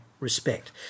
Respect